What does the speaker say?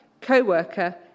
co-worker